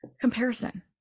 comparison